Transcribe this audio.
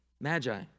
Magi